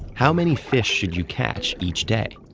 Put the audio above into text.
how many fish should you catch each day?